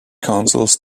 cancels